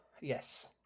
Yes